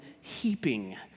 heaping